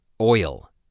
oil